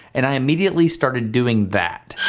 and i immediately started doing that.